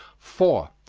four.